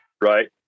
right